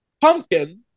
pumpkin